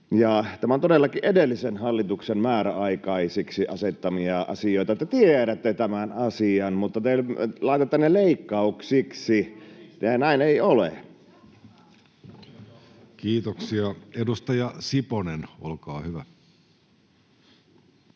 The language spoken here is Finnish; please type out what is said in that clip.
Nämä ovat todellakin edellisen hallituksen määräaikaisiksi asettamia asioita. Te tiedätte tämän asian, [Veronika Honkasalon välihuuto] mutta te laitatte ne leikkauksiksi, ja näin ei ole. Kiitoksia. — Edustaja Siponen, olkaa hyvä.